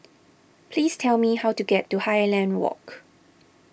please tell me how to get to Highland Walk